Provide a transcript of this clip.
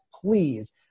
please